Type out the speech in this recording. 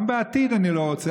גם בעתיד אני לא רוצה,